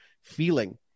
feeling